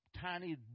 tiny